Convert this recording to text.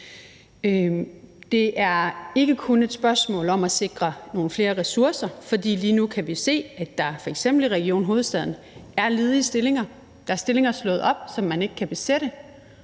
det er ikke kun et spørgsmål om at sikre nogle flere ressourcer. For vi kan jo lige nu se, at der f.eks. i Region Hovedstaden er ledige stillinger, at der er stillinger slået op, som man ikke kan besætte,